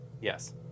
Yes